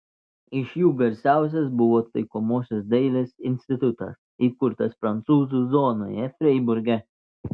iš jų garsiausias buvo taikomosios dailės institutas įkurtas prancūzų zonoje freiburge